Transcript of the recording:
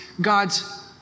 God's